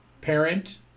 parent